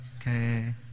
Okay